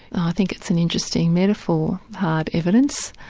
i think it's an interesting metaphor, hard evidence,